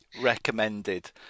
recommended